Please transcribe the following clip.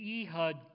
Ehud